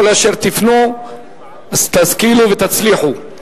בכל אשר תפנו תשכילו ותצליחו.